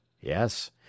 Yes